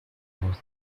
ojos